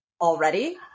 already